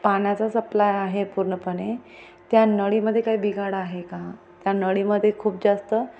पाण्याचा सप्लाय आहे पूर्णपणे त्या नळीमध्ये काही बिघाड आहे का त्या नळीमध्ये खूप जास्त